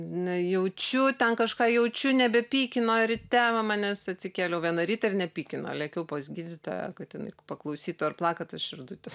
na jaučiu ten kažką jaučiu nebepykino ryte va manęs atsikėliau vieną rytą ir nepykino lėkiau pas gydytoją kad jinai paklausytų ar plaka ta širdutė